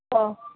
ಓಹ್